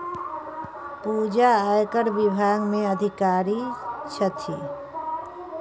पूजा आयकर विभाग मे अधिकारी छथि